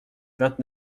vingt